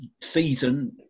season